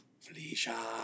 Felicia